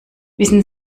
wissen